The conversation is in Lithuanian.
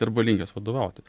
arba linkęs vadovauti